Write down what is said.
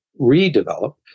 redevelop